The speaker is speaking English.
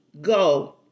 go